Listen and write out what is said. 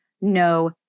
no